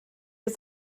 ist